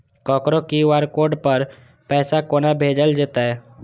ककरो QR code पर पैसा कोना भेजल जेतै?